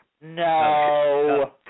No